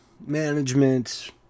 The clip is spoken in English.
management